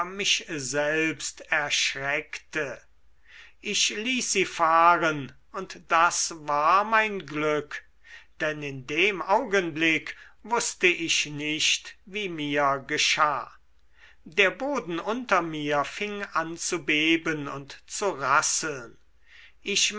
mich selbst erschreckte ich ließ sie fahren und das war mein glück denn in dem augenblick wußte ich nicht wie mir geschah der boden unter mir fing an zu beben und zu rasseln ich